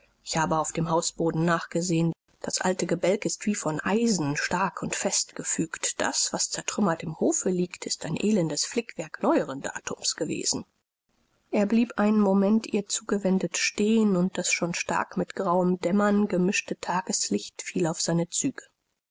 ich habe auf dem hausboden nachgesehen das alte gebälk ist wie von eisen stark und festgefügt das was zertrümmert im hofe liegt ist ein elendes flickwerk neueren datums gewesen er blieb einen moment ihr zugewendet stehen und das schon stark mit grauem dämmern gemischte tageslicht fiel auf seine züge